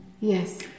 Yes